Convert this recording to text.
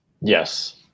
Yes